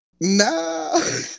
No